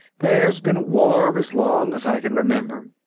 there's been war as long as i can remember.